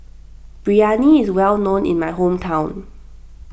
Biryani is well known in my hometown